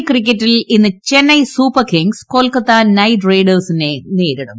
L ക്രിക്കറ്റിൽ ഇന്ന് Chennai super kings Kolkata knight റൈഡേഴ്സിനെ നേരിടും